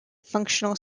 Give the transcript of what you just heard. functional